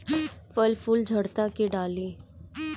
फल फूल झड़ता का डाली?